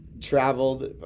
traveled